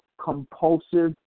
compulsive